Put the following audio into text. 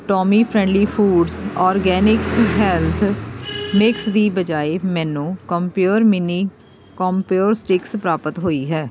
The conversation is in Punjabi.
Tommy friendly foods organics health mix ਦੀ ਬਜਾਏ ਮੈਨੂੰ ਕੋਮਪਿਓਰ ਮਿੰਨੀ ਕੋਮਪਿਓਰ ਸਟਿਕਸ ਪ੍ਰਾਪਤ ਹੋਈ ਹੈ